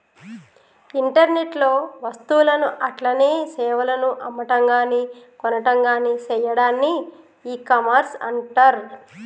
internet లో వస్తువులను అట్లనే సేవలను అమ్మటంగాని కొనటంగాని సెయ్యాడాన్ని ఇకామర్స్ అంటర్